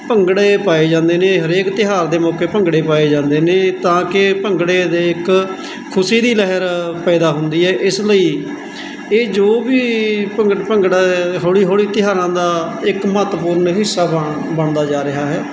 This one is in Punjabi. ਭੰਗੜੇ ਪਾਏ ਜਾਂਦੇ ਨੇ ਹਰੇਕ ਤਿਉਹਾਰ ਦੇ ਮੌਕੇ ਭੰਗੜੇ ਪਾਏ ਜਾਂਦੇ ਨੇ ਤਾਂ ਕਿ ਭੰਗੜੇ ਦੇ ਇੱਕ ਖੁਸ਼ੀ ਦੀ ਲਹਿਰ ਪੈਦਾ ਹੁੰਦੀ ਹੈ ਇਸ ਲਈ ਇਹ ਜੋ ਵੀ ਭੰਗੜ ਭੰਗੜਾ ਹੌਲੀ ਹੌਲੀ ਤਿਉਹਾਰਾਂ ਦਾ ਇੱਕ ਮਹੱਤਵਪੂਰਨ ਹਿੱਸਾ ਬਣ ਬਣਦਾ ਜਾ ਰਿਹਾ ਹੈ